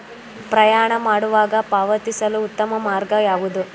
ಪ್ರಯಾಣ ಮಾಡುವಾಗ ಪಾವತಿಸಲು ಉತ್ತಮ ಮಾರ್ಗ ಯಾವುದು?